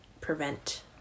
prevent